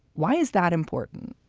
why is that important?